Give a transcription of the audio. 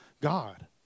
God